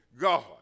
God